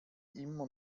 immer